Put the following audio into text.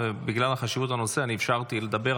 בגלל חשיבות הנושא אני אפשרתי לדבר,